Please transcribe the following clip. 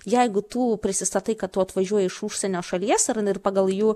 jeigu tu prisistatai kad tu atvažiuoji iš užsienio šalies ar ne ir pagal jų